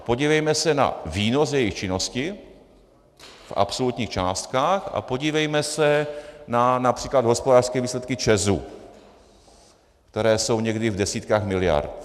Podívejme se na výnos z jejich činnosti v absolutních částkách a podívejme se na například hospodářské výsledky ČEZu, které jsou někdy i v desítkách miliard.